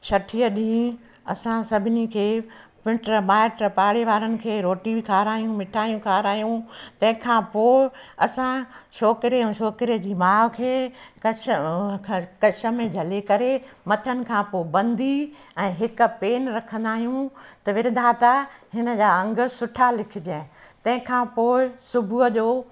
छठीअ ॾींहं असां सभिनी खे मिट माइट पाड़े वारनि खे रोटी बि खाराईंदा आहियूं मिठाइयूं खारायूं तंहिंखां पोइ असां छोकिरे ऐं छोकिरे जी मांउ खे कछ कछ में झले करे मथनि खां पोइ बंधी ऐं हिक पेन रखंदा आहियूं त विधाता हिन जा अंग सुठा लिखिजांइ तंहिंखां पोइ सुबुह जो